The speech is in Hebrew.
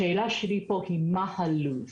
השאלה שלי היא מה לוח הזמנים?